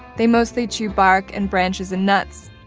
they mostly chew bark and branches and nuts,